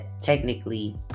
technically